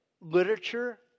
literature